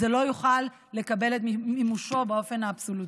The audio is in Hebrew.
זה לא יוכל לקבל את מימושו באופן האבסולוטי.